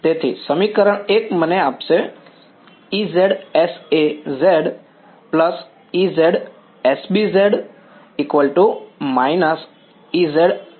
તેથી સમીકરણ 1 મને આપશે